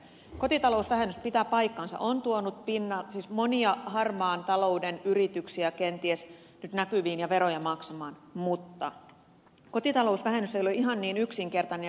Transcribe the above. kotitalousvähennys pitää paikkansa on tuonut monia harmaan talouden yrityksiä kenties näkyviin ja veroja maksamaan mutta kotitalousvähennys ei ole ihan niin yksinkertainen ja pelkästään hyvä